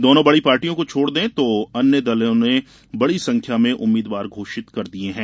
दोनों बड़ी पार्टीयों को छोड़ दें तो अन्य दलों ने बड़ी संख्या में उम्मीद्वार घोषित कर दिये हैं